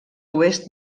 oest